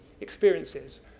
experiences